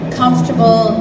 comfortable